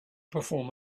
perform